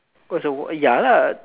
oh it's a ya lah